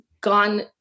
gone